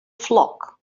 flock